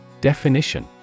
Definition